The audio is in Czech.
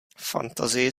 fantazii